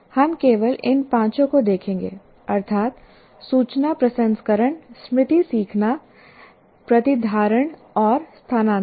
हम केवल इन पांचों को देखेंगे अर्थात् सूचना प्रसंस्करण स्मृति सीखना प्रतिधारण और स्थानांतरण